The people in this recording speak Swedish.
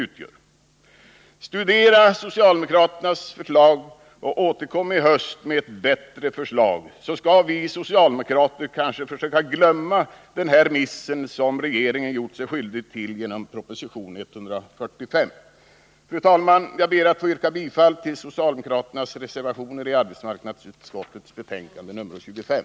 Studera socialdemokraternas förslag och återkom i höst med ett bättre förslag, så skall vi socialdemokrater försöka glömma den miss som regeringen gjort sig skyldig till genom proposition 145. Fru talman! Jag ber att få yrka bifall till socialdemokraternas reservationer vid arbetsmarknadsutskottets betänkande 25.